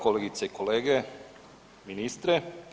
Kolegice i kolege, ministre.